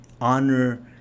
honor